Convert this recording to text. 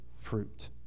fruit